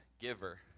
Giver